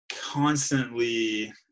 constantly